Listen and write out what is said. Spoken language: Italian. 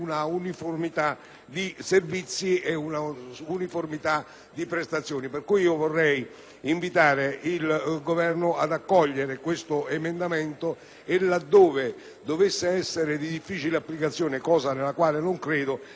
il Governo ad accogliere questo emendamento, e, laddove dovesse essere di difficile applicazione, cosa che non credo, eventualmente ad accettarlo come ordine del giorno, finalizzato a quello che sarà il confronto tra